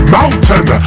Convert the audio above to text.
mountain